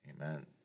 amen